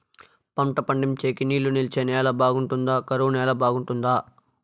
పంట పండించేకి నీళ్లు నిలిచే నేల బాగుంటుందా? కరువు నేల బాగుంటుందా?